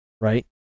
right